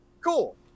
cool